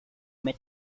met